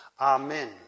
Amen